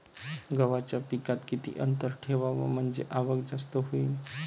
गव्हाच्या पिकात किती अंतर ठेवाव म्हनजे आवक जास्त होईन?